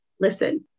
listen